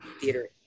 theater